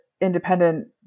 independent